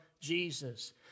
Jesus